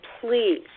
please